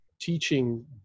teaching